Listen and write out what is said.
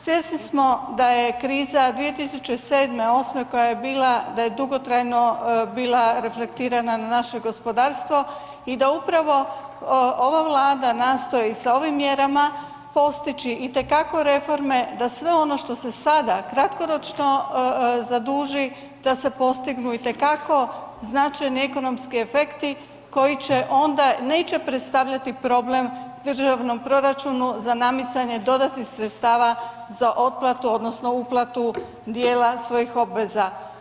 Svjesni smo da je kriza 2007., '08., koja je bila, da je dugotrajno bila reflektirana na naše gospodarstvo i da upravo ova Vlada nastoji sa ovim mjerama postići itekako reforme da sve ono što se sada kratkoročno zaduži, da se postignu itekako značajni ekonomski efekti koji će onda, neće predstavljati problem državnom proračunu za namicanje dodatnih sredstava za otplatu odnosno uplatu dijela svojih obveza.